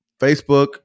Facebook